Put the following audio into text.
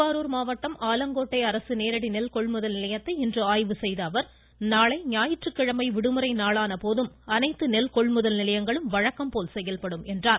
திருவாரூர் மாவட்டம் நேரடி நெல் கொள்முதல் நிலையத்தை இன்று ஆய்வு செய்த அவர் நாளை ஞாயிற்றுக்கிழமை விடுமுறை நாளான போதும் அனைத்து நெல் கொள்முதல் நிலையங்களும் வழக்கம் போல் செயல்படும் என்றார்